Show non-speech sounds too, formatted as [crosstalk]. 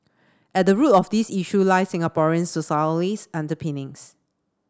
at the root of these issues lie Singaporeans's [unintelligible] underpinnings